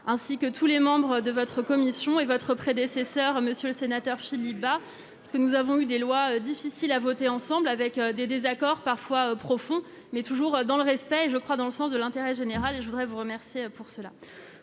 ainsi que tous les membres de votre commission et votre prédécesseur, monsieur le sénateur Philippe Bas parce que nous avons eu des lois difficile à voter ensemble avec des désaccords parfois profonds, mais toujours dans le respect, je crois, dans le sens de l'intérêt général et je voudrais vous remercier pour cela